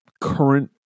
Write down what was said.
current